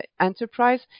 enterprise